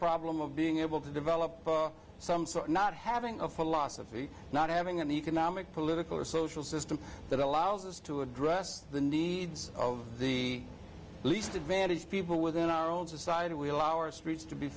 problem of being able to develop some sort of not having a philosophy not having an economic political or social system that allows us to address the needs of the least advantaged people within our own society we allow our streets to be